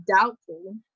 doubtful